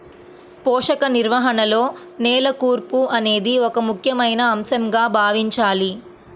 పోషక నిర్వహణలో నేల కూర్పు అనేది ఒక ముఖ్యమైన అంశంగా భావించాలి